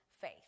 faith